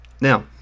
Now